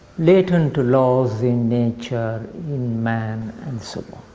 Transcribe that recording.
latent laws in nature, in man, and so on.